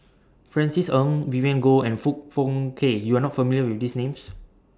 Francis Ng Vivien Goh and Foong Fook Kay YOU Are not familiar with These Names